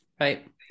Right